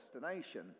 destination